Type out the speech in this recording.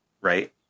Right